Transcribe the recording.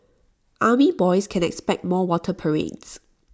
army boys can expect more water parades